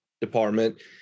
department